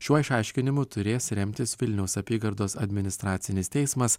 šiuo išaiškinimu turės remtis vilniaus apygardos administracinis teismas